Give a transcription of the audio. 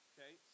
Okay